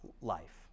life